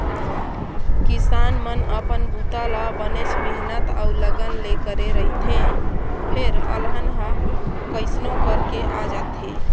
किसान मन अपन बूता ल बनेच मेहनत अउ लगन ले करे रहिथे फेर अलहन ह कइसनो करके आ जाथे